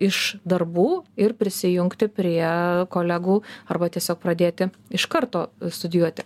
iš darbų ir prisijungti prie kolegų arba tiesiog pradėti iš karto studijuoti